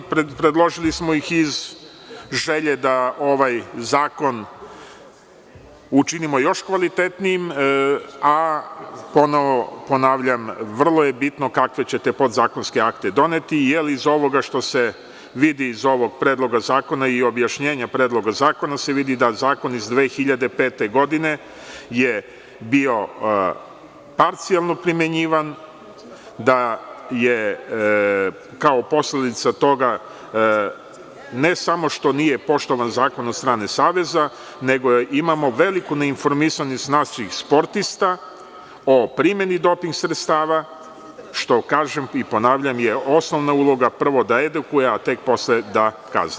Predložili smo ih iz želje da ovaj zakon učinimo još kvalitetnijim, a ponavljam, vrlo je bitno kakve ćete podzakonske akte doneti, jer iz ovoga što se vidi, iz ovog Predloga zakona i objašnjenja Predloga zakona se vidi da je zakon iz 2005. godine bio parcijalno primenjivan, da kao posledica toga, ne samo što nije poštovan zakon od strane Saveza, nego imamo veliku neinformisanost naših sportista o primeni doping sredstava, što kažem i ponavljam, je osnovna uloga prvo da edukuje, a tek posle da kazni.